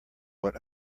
what